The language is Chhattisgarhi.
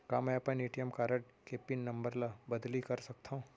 का मैं अपन ए.टी.एम कारड के पिन नम्बर ल बदली कर सकथव?